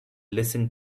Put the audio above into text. listen